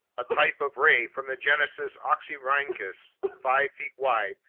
a type of ray from the genus oxyrhynchus, five feet wide,